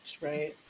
Right